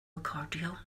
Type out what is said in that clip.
recordio